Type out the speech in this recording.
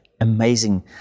amazing